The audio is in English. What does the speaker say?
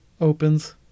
opens